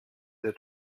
der